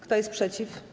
Kto jest przeciw?